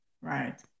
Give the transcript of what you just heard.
Right